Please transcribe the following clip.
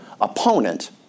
opponent